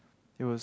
it was